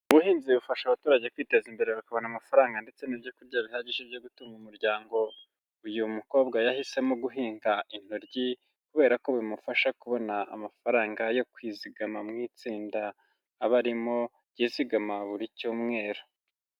Ubuhinzi bufasha abaturage kwiteza imbere bakabona amafaranga ndetse n'ibyo kurya bihagije byo gutumanga umuryango, uyu mukobwa yahisemo guhinga intoryi, kubera ko bimufasha kubona amafaranga yo kwizigama mu itsinda aba arimo yizigama buri cyumweru.